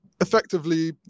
effectively